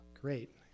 Great